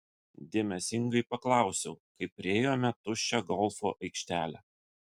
dėmesingai paklausiau kai priėjome tuščią golfo aikštelę